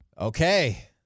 Okay